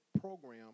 Program